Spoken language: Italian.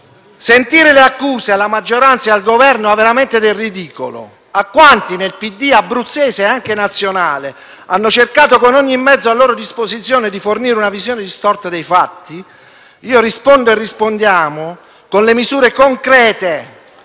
sentire le accuse mosse alla maggioranza e al Governo ha veramente del ridicolo. A quanti nel PD abruzzese, e anche nazionale, hanno cercato con ogni mezzo a loro disposizione di fornire una visione distorta dei fatti, io rispondo con le misure concrete